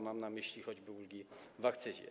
Mam na myśli choćby ulgi w akcyzie.